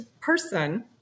person